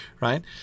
right